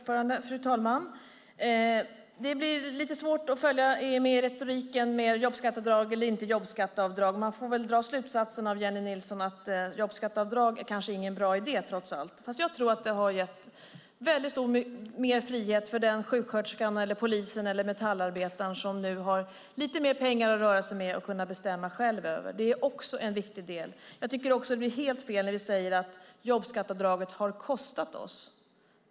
Fru talman! Det är svårt att följa retoriken om jobbskatteavdrag eller inte. Av det som Jennie Nilsson sade får man väl dra slutsatsen att jobbskatteavdrag inte är någon bra idé. Jag tror att det har gett mer frihet åt den sjuksköterska, polis eller metallarbetare som nu har lite mer pengar att röra sig med och kunna bestämma själv över. Det är också viktigt. Det blir helt fel när ni talar om att jobbskatteavdraget har kostat oss.